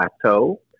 plateau